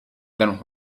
than